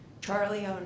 Charlie